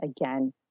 again